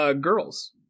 Girls